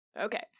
Okay